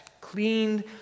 cleaned